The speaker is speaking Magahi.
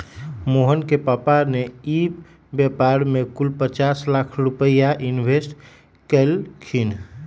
मोहना के पापा ने ई व्यापार में कुल पचास लाख रुपईया इन्वेस्ट कइल खिन